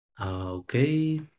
Okay